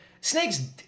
snakes